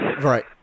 Right